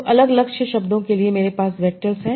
तो अलग लक्ष्य शब्दों के लिए मेरे पास वेक्टर्स हैं